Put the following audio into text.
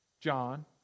John